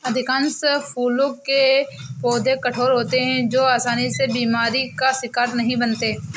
अधिकांश फूलों के पौधे कठोर होते हैं जो आसानी से बीमारी का शिकार नहीं बनते